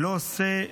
לא עושים,